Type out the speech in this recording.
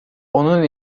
onun